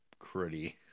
cruddy